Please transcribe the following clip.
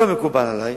לא מקובל עלי.